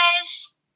guys